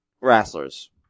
wrestlers